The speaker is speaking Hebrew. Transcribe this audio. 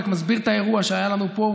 רק מסביר את האירוע שהיה לנו פה,